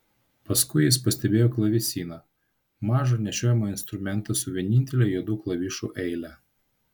paskui jis pastebėjo klavesiną mažą nešiojamą instrumentą su vienintele juodų klavišų eile